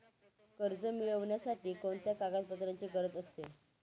कर्ज मिळविण्यासाठी कोणत्या कागदपत्रांची गरज असते?